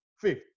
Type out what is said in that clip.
Fifth